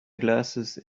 glasses